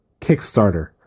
Kickstarter